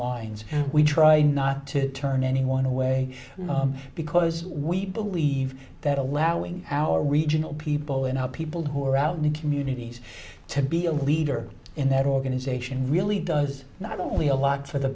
lines we try not to turn anyone away because we believe that allowing our regional people and how people who are out new communities to be a leader in that organization really does not only a lot for the